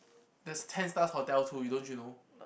there's ten stars hotels too don't you know